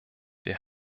wir